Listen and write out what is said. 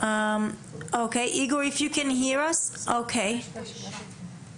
את תשומת לב הוועדה לסוגיה שאני חושב שהיא חשובה.